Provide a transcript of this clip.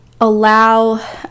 allow